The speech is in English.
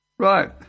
right